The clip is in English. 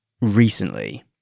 recently